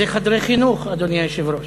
זה חדרי חינוך, אדוני היושב-ראש.